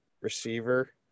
receiver